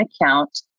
account